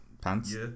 Pants